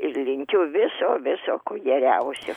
ir linkiu viso viso ko geriausio